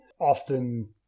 Often